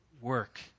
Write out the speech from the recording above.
work